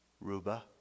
Ruba